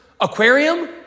aquarium